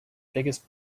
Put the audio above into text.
biggest